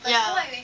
ya